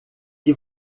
que